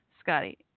Scotty